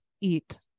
eat